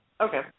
Okay